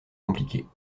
compliquées